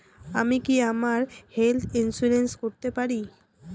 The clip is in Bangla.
আমি কি আমার হেলথ ইন্সুরেন্স করতে পারি?